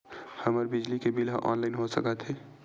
हमर बिजली के बिल ह ऑनलाइन हो सकत हे?